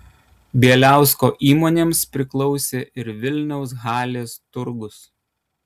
bieliausko įmonėms priklausė ir vilniaus halės turgus